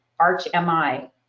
ArchMI